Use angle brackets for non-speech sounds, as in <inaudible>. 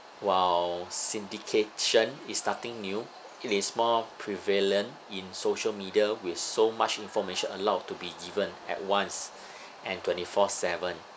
while syndication is starting new it is more prevalent in social media with so much information allowed to be given at once <breath> and twenty four seven